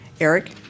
Eric